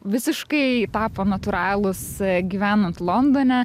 visiškai tapo natūralūs gyvenant londone